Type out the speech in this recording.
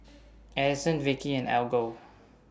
Adyson Vikki and Algot